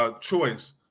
choice